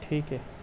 ٹھیک ہے